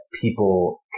people